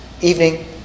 evening